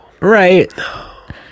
Right